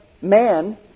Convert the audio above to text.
man